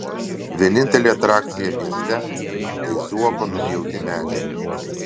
vienintelė atrakcija mieste tai zuoko nupjauti medžiai